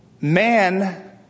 man